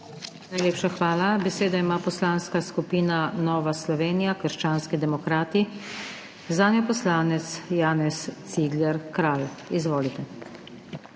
Najlepša hvala. Besedo ima Poslanska skupina Nova Slovenija - krščanski demokrati, zanjo poslanec Janez Cigler Kralj. Izvolite.